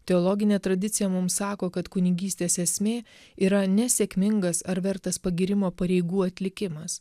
teologinė tradicija mum sako kad kunigystės esmė yra ne sėkmingas ar vertas pagyrimo pareigų atlikimas